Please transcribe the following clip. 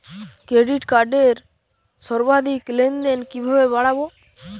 Credit কার্ডের সর্বাধিক লেনদেন কিভাবে বাড়াবো?